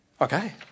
Okay